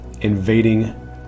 invading